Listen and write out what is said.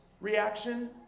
reaction